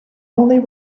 only